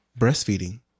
breastfeeding